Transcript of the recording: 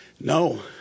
no